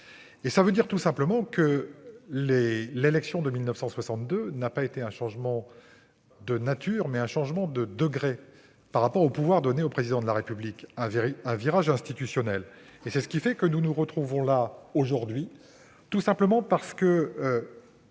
Cela veut dire tout simplement que la révision de 1962 n'a pas été un changement de nature, mais un changement de degré par rapport au pouvoir donné au Président de la République, un virage institutionnel. C'est ce qui fait que nous nous retrouvons là aujourd'hui, tout simplement parce que